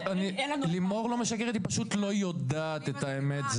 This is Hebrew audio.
היא פשוט לא יודעת את האמת,